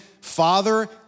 father